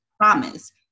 promise